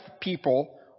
people